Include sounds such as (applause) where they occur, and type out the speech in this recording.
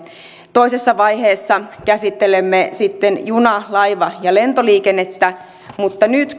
toisessa vaiheessa käsittelemme sitten juna laiva ja lentoliikennettä mutta nyt (unintelligible)